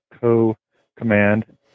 co-command